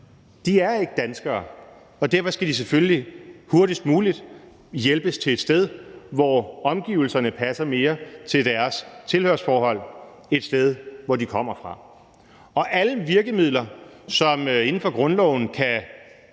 De er ikke danskere, og derfor skal de selvfølgelig hurtigst muligt hjælpes til et sted, hvor omgivelserne passer mere til deres tilhørsforhold – det sted, hvor de kommer fra. Og alle virkemidler, som inden for grundloven kan